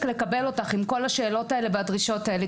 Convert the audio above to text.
לקבל אותך עם כל השאלות והדרישות האלה.